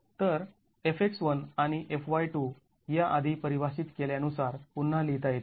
तर Fx1 आणि Fy2 याआधी परिभाषित केल्यानुसार पुन्हा लिहिता येतील